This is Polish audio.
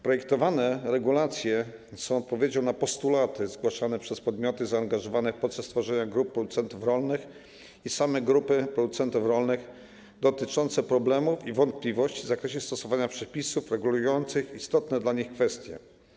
Projektowane regulacje są odpowiedzią na postulaty zgłaszane przez podmioty zaangażowane w proces tworzenia grup producentów rolnych i same grupy producentów rolnych dotyczące problemów i wątpliwości w zakresie stosowania przepisów regulujących istotne dla nich kwestie.